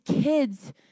kids